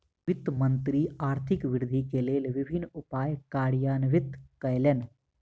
वित्त मंत्री आर्थिक वृद्धि के लेल विभिन्न उपाय कार्यान्वित कयलैन